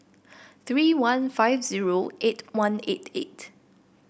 three one five zero eight one eight eight